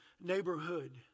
neighborhood